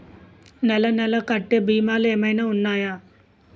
నెల నెల కట్టే భీమాలు ఏమైనా ఉన్నాయా?